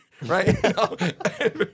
right